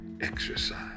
exercise